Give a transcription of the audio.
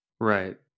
Right